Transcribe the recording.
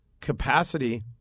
capacity